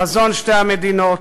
חזון שתי המדינות,